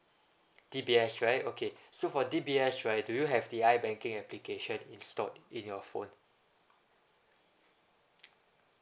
D_B_S right okay so for D_B_S right do you have the i banking application installed in your phone